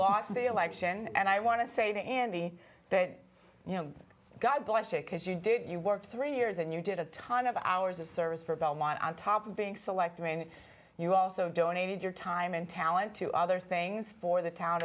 watch the election and i want to say that in the that you know god bless you because you did you work three years and you did a ton of hours of service for belmont on top of being selected and you also donated your time and talent to other things for the town